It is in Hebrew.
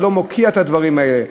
אתה לא מוקיע את הדברים האלה.